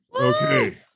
Okay